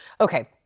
Okay